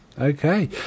Okay